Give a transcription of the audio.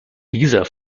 dieser